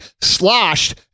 sloshed